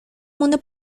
mundo